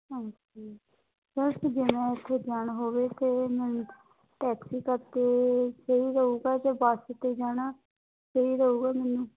ਹਾਂਜੀ ਸਰ ਜੇ ਮੈਂ ਉੱਥੇ 'ਤੇ ਜਾਣਾ ਹੋਵੇ ਤਾਂ ਮੈਨੂੰ ਟੈਕਸੀ ਕਰਕੇ ਸਹੀ ਰਹੇਗਾ ਜਾਂ ਬੱਸ 'ਤੇ ਜਾਣਾ ਸਹੀ ਰਹੇਗਾ ਮੈਨੂੰ